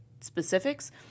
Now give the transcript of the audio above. specifics